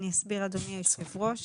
אני אסביר, אדוני היושב ראש.